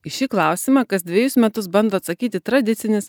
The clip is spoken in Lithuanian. į šį klausimą kas dvejus metus bando atsakyti tradicinis